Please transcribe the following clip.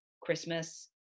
christmas